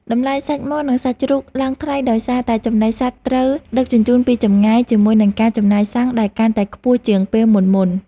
តម្លៃសាច់មាន់និងសាច់ជ្រូកឡើងថ្លៃដោយសារតែចំណីសត្វត្រូវដឹកជញ្ជូនពីចម្ងាយជាមួយនឹងការចំណាយសាំងដែលកាន់តែខ្ពស់ជាងពេលមុនៗ។